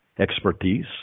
expertise